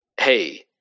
Hey